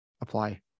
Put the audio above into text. apply